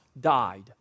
died